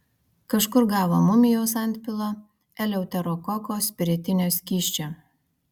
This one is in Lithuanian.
kažkur gavo mumijaus antpilo eleuterokoko spiritinio skysčio